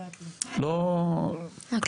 כלום.